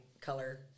color